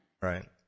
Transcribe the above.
Right